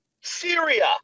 Syria